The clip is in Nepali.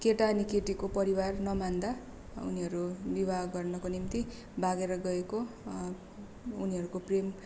केटा अनि केटीको परिवार नमान्दा उनीहरू बिवाह गर्नको निम्ति भागेर गएको उनीहरूको प्रेम